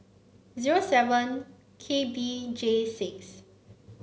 zero seven K B J six